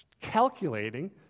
calculating